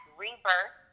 rebirth